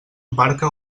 barca